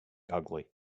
ugly